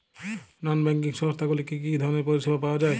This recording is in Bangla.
নন ব্যাঙ্কিং সংস্থা গুলিতে কি কি ধরনের পরিসেবা পাওয়া য়ায়?